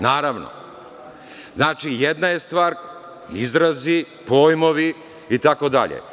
Naravno, znači, jedna je stvar izrazi, pojmovi itd.